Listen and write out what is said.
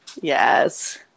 Yes